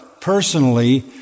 personally